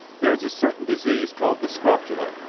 there is a certain disease called the scrofula,